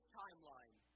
timeline